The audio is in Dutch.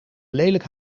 lelijk